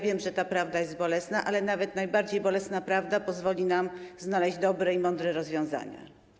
Wiem, że ta prawda jest bolesna, ale nawet najbardziej bolesna prawda pozwoli nam znaleźć dobre i mądre rozwiązanie.